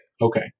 Okay